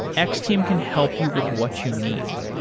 x-team can help you with what you need.